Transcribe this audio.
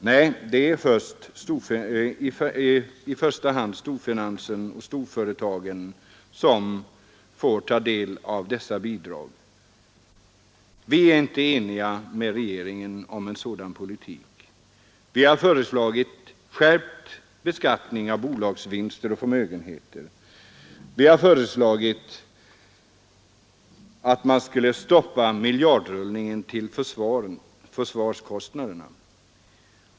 Nej, det är i första hand storfinansen och storföretagen som får dessa bidrag. Vi är inte eniga med regeringen om en sådan politik. Vi har föreslagit skärpt beskattning av bolagsvinster och förmögenheter. Vi har vidare föreslagit att man skulle stoppa miljardrullningen till militären.